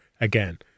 again